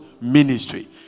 ministry